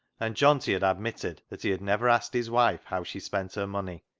and johnty had admitted that he had never asked his wife how she spent her money.